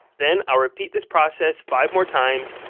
then, i'll repeat this process five more times,